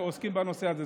שעוסקים בנושא הזה.